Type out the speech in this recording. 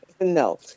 No